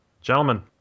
gentlemen